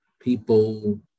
people